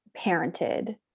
parented